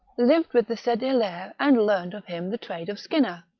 lived with the said hilaire and learned of him the trade of skinner.